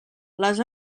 les